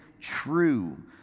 true